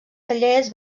tallers